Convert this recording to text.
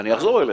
אני אחזור אליך,